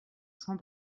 sans